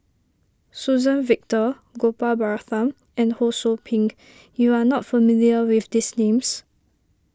Suzann Victor Gopal Baratham and Ho Sou Ping you are not familiar with these names